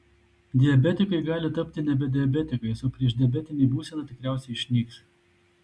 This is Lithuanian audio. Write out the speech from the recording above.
diabetikai gali tapti nebe diabetikais o priešdiabetinė būsena tikriausiai išnyks